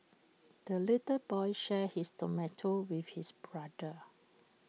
the little boy shared his tomato with his brother